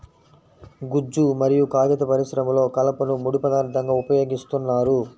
గుజ్జు మరియు కాగిత పరిశ్రమలో కలపను ముడి పదార్థంగా ఉపయోగిస్తున్నారు